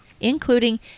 including